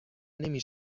نمی